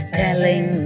telling